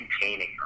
containing